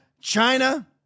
China